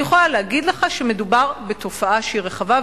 אני יכולה להגיד לך שמדובר בתופעה שהיא רחבה,